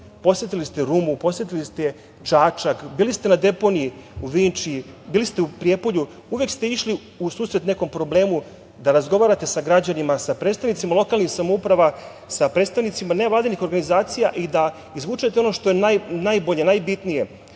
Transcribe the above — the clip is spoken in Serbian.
posetili ste Rumu, posetili ste Čačak, bili ste na deponiji u Vinči, bili ste u Prijepolju, uvek ste išli u susret nekom problemu da razgovarate sa građanima, sa predstavnicima lokalnih samouprava, sa predstavnicima nevladinih organizacija i da izvučete ono što je najbolje, najbitnije,